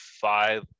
five